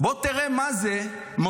בוא תראה מה זה לחיות תחת אזעקות.